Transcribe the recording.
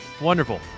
Wonderful